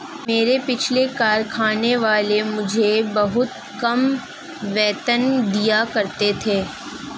मेरे पिछले कारखाने वाले मुझे बहुत कम वेतन दिया करते थे